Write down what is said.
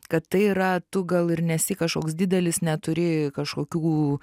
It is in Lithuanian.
kad tai yra tu gal ir nesi kažkoks didelis neturi kažkokių